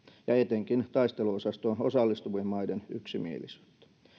ja ja etenkin taisteluosastoon osallistuvien maiden yksimielisyyttä